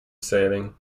sailing